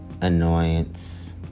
annoyance